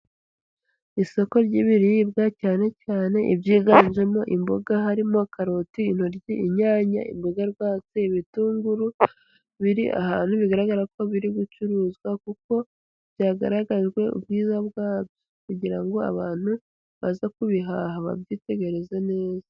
Isoko ry'ibiribwa cyane cyane ibyiganjemo imboga harimo karoti, intoryi, inyanya, imboga rwatsi, ibitunguru, biri ahantu bigaragara ko biri gucuruzwa kuko byagaragajwe ubwiza bwabyo kugira ngo abantu baza kubihaha babyitegereze neza.